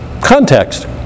context